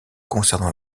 concernant